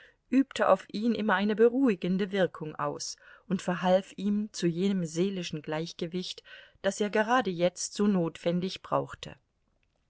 übte auf ihn immer eine beruhigende wirkung aus und verhalf ihm zu jenem seelischen gleichgewicht das er gerade jetzt so notwendig brauchte